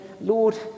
Lord